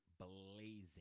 blazing